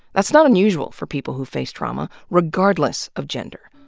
that's not unusual for people who face trauma, regardless of gender.